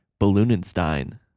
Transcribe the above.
Balloonenstein